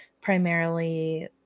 primarily